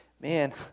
man